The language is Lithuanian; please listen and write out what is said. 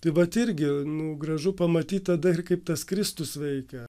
tai vat irgi nu gražu pamatyt tada ir kaip tas kristus veikia